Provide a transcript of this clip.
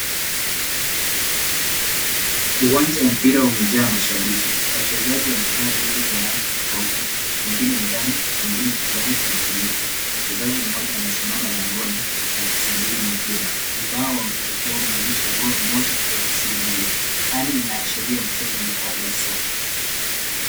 Uwanja wa mpira umejaa mashabiki. Wachezaji wamevaa jezi za rangi tofauti, wengine njano, wengine kijani, na buluu. Mchezaji mmoja anasimama langoni, akisubiri mpira. Ubao wa matokeo unaonyesha GOR moja AFC Mbili. Ali inaashiria mchezo mkali wa soka.